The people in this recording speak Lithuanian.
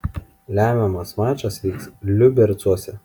lemiamas mačas vyks liubercuose